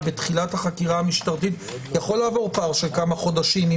יכול לעבור פער של כמה חודשים.